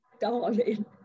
darling